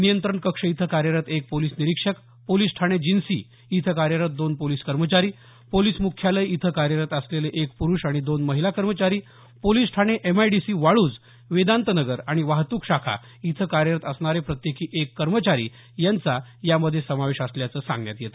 नियंत्रण कक्ष इथं कार्यरत एक पोलिस निरिक्षक पोलीस ठाणे जिन्सी इथं कार्यरत दोन पोलिस कर्मचारी पोलिस मुख्यालय इथं कार्यरत असलेले एक पुरूष आणि दोन महिला कर्मचारी पोलीस ठाणे एमआयडीसी वाळूज वेदांतनगर आणि वाहतूक शाखा इथं कार्यरत असणारे प्रत्येकी एक कर्मचारी यांचा यामध्ये समावेश असल्याचं त्यांनी सांगितलं